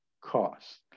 cost